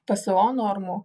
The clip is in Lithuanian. pso normų